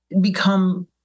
become